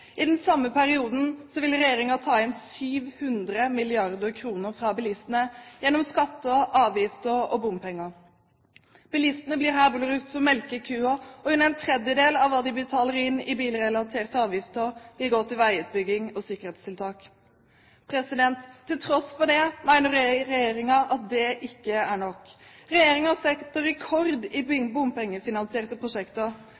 I den samme perioden vil regjeringen ta inn 700 mrd. kr fra bilistene gjennom skatter, avgifter og bompenger. Bilistene blir her brukt som melkekuer, og under en tredjedel av hva de betaler inn i bilrelaterte avgifter, vil gå til veiutbygging og sikkerhetstiltak. Til tross for det mener regjeringen at det ikke er nok. Regjeringen setter rekord i